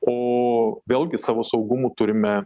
o vėlgi savo saugumu turime